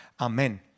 Amen